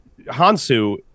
Hansu